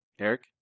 Eric